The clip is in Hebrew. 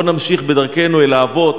בוא נמשיך בדרכנו אל האבות,